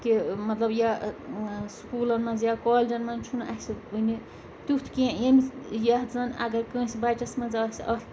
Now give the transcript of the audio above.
کہِ مَطلب یا سکوٗلَن منٛز یا کالجَن منٛز چھُنہٕ اَسہِ وٕنہِ تیُتھ کیٚنٛہہ ییٚمِس یَتھ زَن اگر کٲنٛسہِ بَچَس منٛز آسہِ اَکھ